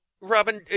Robin